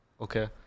Okay